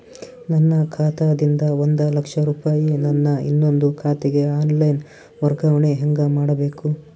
ನನ್ನ ಖಾತಾ ದಿಂದ ಒಂದ ಲಕ್ಷ ರೂಪಾಯಿ ನನ್ನ ಇನ್ನೊಂದು ಖಾತೆಗೆ ಆನ್ ಲೈನ್ ವರ್ಗಾವಣೆ ಹೆಂಗ ಮಾಡಬೇಕು?